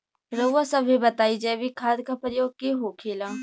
रउआ सभे बताई जैविक खाद क प्रकार के होखेला?